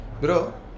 bro